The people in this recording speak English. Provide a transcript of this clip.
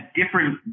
different